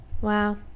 wow